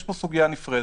יש פה סוגיה נפרדת,